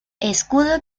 escudo